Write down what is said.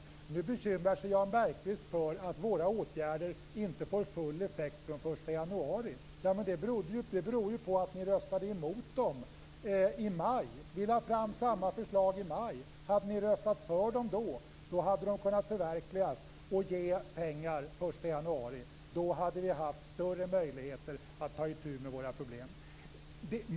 Nu bekymrar Jan Bergqvist sig för att våra åtgärder inte får full effekt från den 1 januari, men det beror ju på att ni röstade emot dem i maj. Vi lade fram samma förslag i maj. Hade ni röstat för dem då, hade de kunnat förverkligas och ge pengar den 1 januari. Då hade vi haft större möjligheter att ta itu med våra problem.